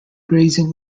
grazing